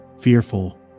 fearful